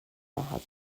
husband